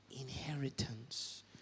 inheritance